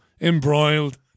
embroiled